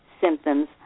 symptoms